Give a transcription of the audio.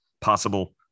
possible